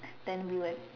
then we like